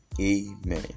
amen